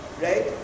right